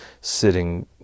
sitting